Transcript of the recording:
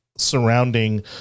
surrounding